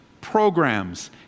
programs